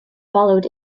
followed